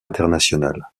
internationale